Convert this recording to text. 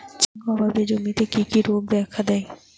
Zinc অভাবে জমিতে কি কি রোগ দেখাদেয়?